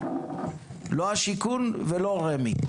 לא השיכון ולא רמ"י,